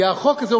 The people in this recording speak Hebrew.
כי החוק הזה,